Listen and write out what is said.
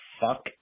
fuck